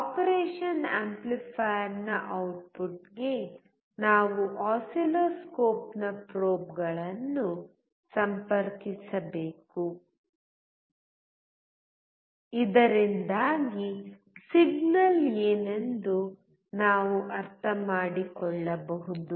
operation ಆಂಪ್ಲಿಫೈಯರ್ನ ಔಟ್ಪುಟ್ಗೆ ನಾವು ಆಸಿಲ್ಲೋಸ್ಕೋಪ್ನ ಪ್ರೋಬ್ಗಳನ್ನು ಸಂಪರ್ಕಿಸಬೇಕು ಇದರಿಂದಾಗಿ ಸಿಗ್ನಲ್ ಏನೆಂದು ನಾವು ಅರ್ಥಮಾಡಿಕೊಳ್ಳಬಹುದು